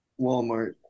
Walmart